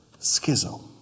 schizo